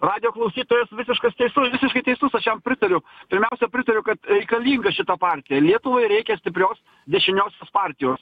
radijo klausytojas visiškas teisu visiškai teisus aš jam pritariu pirmiausia pritariu kad reikalinga šita partija lietuvai reikia stiprios dešiniosios partijos